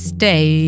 Stay